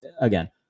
again